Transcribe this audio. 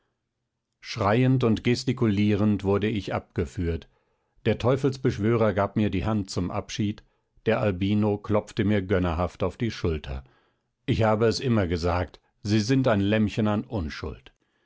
schreiend und gestikulierend wurde ich abgeführt der teufelsbeschwörer gab mir die hand zum abschied der albino klopfte mir gönnerhaft auf die schulter ich habe es immer gesagt sie sind ein lämmchen an unschuld